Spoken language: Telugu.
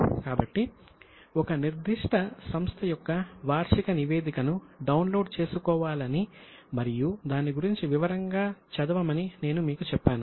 కాబట్టి ఒక నిర్దిష్ట సంస్థ యొక్క వార్షిక నివేదికను డౌన్లోడ్ చేసుకోవాలని మరియు దాని గురించి వివరంగా చదవమని నేను మీకు చెప్పాను